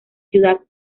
ciudad